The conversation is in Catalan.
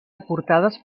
aportades